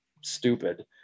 stupid